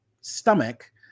stomach